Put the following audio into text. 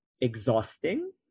exhausting